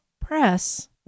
press